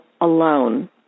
alone